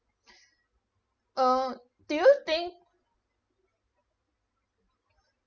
uh do you think